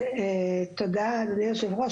תודה, אדוני היו"ר.